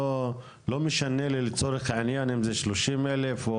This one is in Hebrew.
לא משנה לי לצורך העניין אם זה 30 אלף,